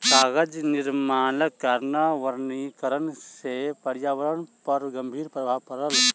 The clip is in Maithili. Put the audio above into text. कागज निर्माणक कारणेँ निर्वनीकरण से पर्यावरण पर गंभीर प्रभाव पड़ल